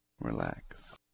Relax